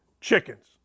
chickens